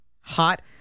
hot